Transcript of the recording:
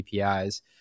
APIs